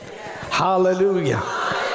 Hallelujah